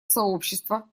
сообщества